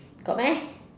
got meh